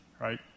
right